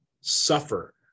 suffer